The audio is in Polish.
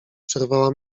przerwała